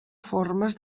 formes